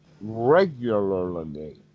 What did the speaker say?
regularly